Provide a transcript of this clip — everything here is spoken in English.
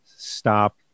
stop